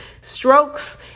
strokes